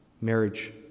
marriage